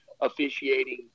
officiating